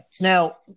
Now